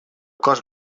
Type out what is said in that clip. cos